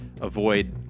avoid